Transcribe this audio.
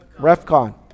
refcon